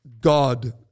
God